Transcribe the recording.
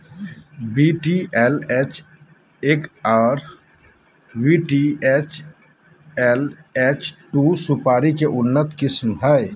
VTLH एक आर VTLH दू सुपारी के उन्नत किस्म हय